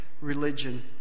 religion